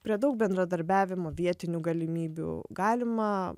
prie daug bendradarbiavimo vietinių galimybių galima